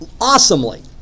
awesomely